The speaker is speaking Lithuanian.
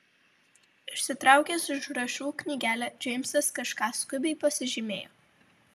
išsitraukęs užrašų knygelę džeimsas kažką skubiai pasižymėjo